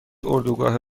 اردوگاه